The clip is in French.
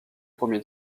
premier